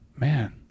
man